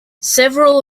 several